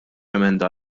emenda